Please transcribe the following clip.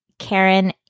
Karen